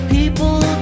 People